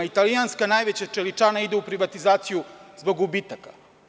Italijanska najveća čeličana ide u privatizaciju zbog gubitaka.